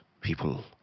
people